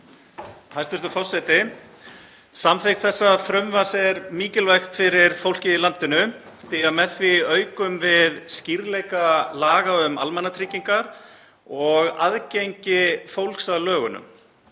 Hæstv. forseti. Samþykkt þessa frumvarps er mikilvæg fyrir fólkið í landinu því að með því aukum við skýrleika laga um almannatryggingar og aðgengi fólks að lögunum,